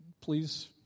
please